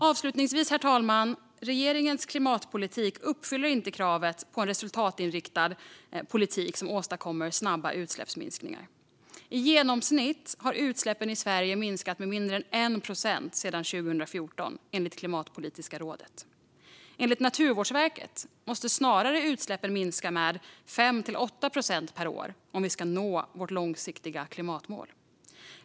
Avslutningsvis, herr talman, uppfyller regeringens klimatpolitik inte kravet på en resultatinriktad politik som åstadkommer snabba utsläppsminskningar. I genomsnitt har utsläppen i Sverige minskat med mindre än 1 procent per år sedan 2014, enligt Klimatpolitiska rådet. Enligt Naturvårdsverket måste utsläppen snarare minska med 5-8 procent per år om vi ska nå vårt långsiktiga klimatmål.